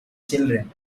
children